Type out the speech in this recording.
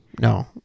No